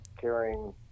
carrying